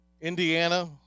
Indiana